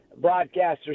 broadcasters